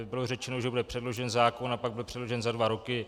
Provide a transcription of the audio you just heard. Bylo řečeno, že bude předložen zákon, a pak byl předložen za dva roky.